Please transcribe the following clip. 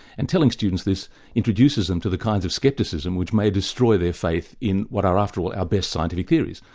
and telling students this introduces them to the kinds of scepticism which may destroy their faith in what are, after, all our best scientific theories,